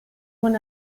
buen